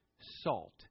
salt